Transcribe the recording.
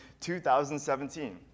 2017